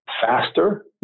faster